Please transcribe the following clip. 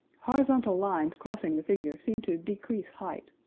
horizontal lines crossing the figure seem to decrease height,